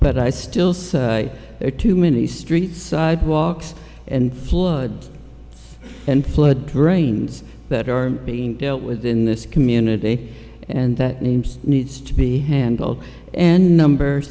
but i still say there are too many street sidewalks and flood and flood drains that are being dealt with in this community and that name needs to be handled and number